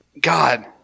god